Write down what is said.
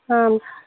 आम्